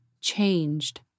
changed